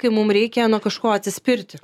kai mum reikia nuo kažko atsispirti